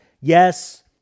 Yes